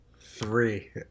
Three